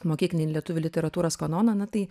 mokyklinį lietuvių literatūros kanoną na tai